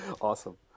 awesome